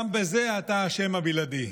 גם בזה אתה האשם הבלעדי.